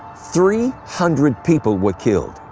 three hundred people were killed.